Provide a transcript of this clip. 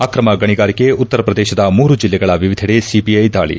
ಅಕ್ರಮ ಗಣಿಗಾರಿಕೆ ಉತ್ತರ ಪ್ರದೇಶದ ಮೂರು ಜಿಲ್ಲೆಗಳ ವಿವಿಧೆಡೆ ಸಿಬಿಐ ದಾಳಿ